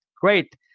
great